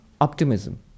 optimism